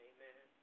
Amen